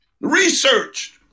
researched